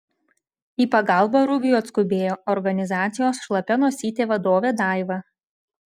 į pagalbą rubiui atskubėjo organizacijos šlapia nosytė vadovė daiva